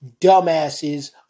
dumbasses